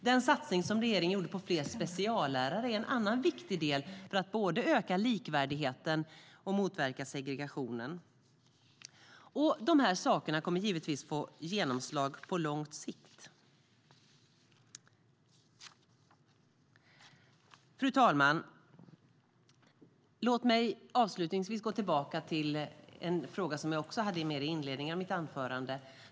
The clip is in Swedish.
Den satsning som regeringen gjorde på fler speciallärare är en annan viktig del för att både öka likvärdigheten och motverka segregationen. Dessa saker kommer givetvis att få genomslag på lång sikt. Fru talman! Låt mig avslutningsvis gå tillbaka till en fråga som jag tog upp i inledningen av mitt anförande.